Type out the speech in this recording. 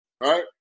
right